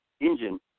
engine